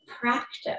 practice